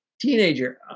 teenager